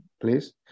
please